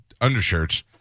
undershirts